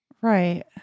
Right